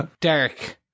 Derek